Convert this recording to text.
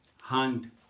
hand